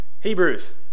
Hebrews